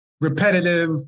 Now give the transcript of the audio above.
repetitive